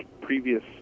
previous